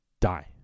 die